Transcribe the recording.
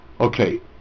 Okay